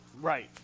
Right